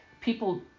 people